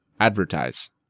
Advertise